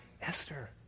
Esther